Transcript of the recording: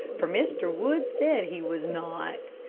for mr. wood said he was not.